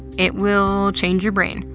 it will change your brain.